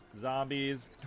zombies